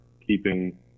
keeping